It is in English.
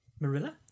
Marilla